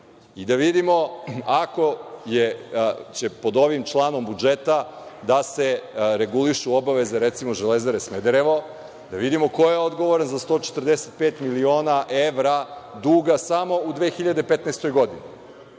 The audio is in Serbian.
napravili. Ako će pod ovim članom budžeta da se regulišu obaveze, recimo, „Železare Smederevo“, da vidimo ko je odgovoran za 145 miliona evra duga samo u 2015. godini,